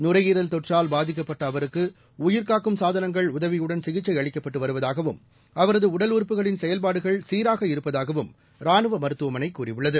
நுரையீரல் தொற்றால் பாதிக்கப்பட்ட அவருக்கு உயிர்காக்கும் சாதனங்கள் உதவியுடள் சிகிச்சை அளிக்கப்பட்டு வருவதாகவும் அவரது உடல் உறுப்புகளின் செயல்பாடுகள் சீராக இருப்பதாகவும் ராணுவ மருத்துவமனை கூறியுள்ளது